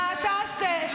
מה תעשה?